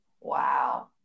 wow